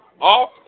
off